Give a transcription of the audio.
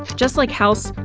just like house,